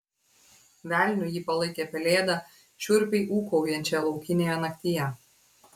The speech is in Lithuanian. velniu ji palaikė pelėdą šiurpiai ūkaujančią laukinėje naktyje